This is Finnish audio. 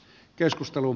keskustelu